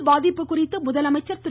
புயல் பாதிப்பு குறித்து முதலமைச்சர் திரு